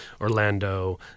Orlando